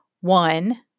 One